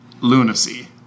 lunacy